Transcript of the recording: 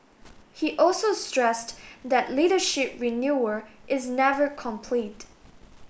he also stressed that leadership renewal is never complete